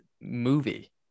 movie